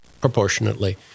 proportionately